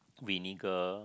vinegar